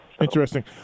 Interesting